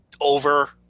over